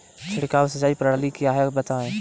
छिड़काव सिंचाई प्रणाली क्या है बताएँ?